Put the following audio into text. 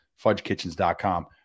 FudgeKitchens.com